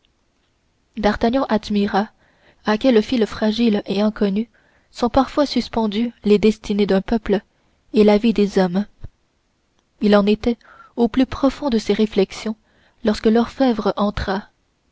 d'artagnan admira à quels fils fragiles et inconnus sont parfois suspendues les destinées d'un peuple et la vie des hommes il en était au plus profond de ses réflexions lorsque l'orfèvre entra